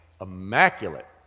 immaculate